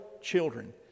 children